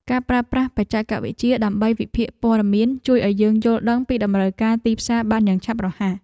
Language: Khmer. ការប្រើប្រាស់បច្ចេកវិទ្យាដើម្បីវិភាគព័ត៌មាន ជួយឱ្យយើងយល់ដឹងពីតម្រូវការទីផ្សារបានយ៉ាងឆាប់រហ័ស។